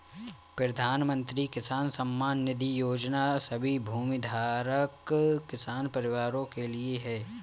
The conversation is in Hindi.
प्रधानमंत्री किसान सम्मान निधि योजना सभी भूमिधारक किसान परिवारों के लिए है